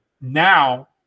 now